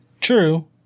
True